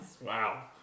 Wow